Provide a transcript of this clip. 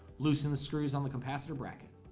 loosen the screws on the capacitor bracket